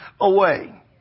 away